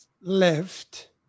left